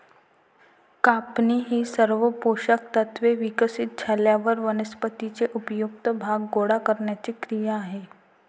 कापणी ही सर्व पोषक तत्त्वे विकसित झाल्यावर वनस्पतीचे उपयुक्त भाग गोळा करण्याची क्रिया आहे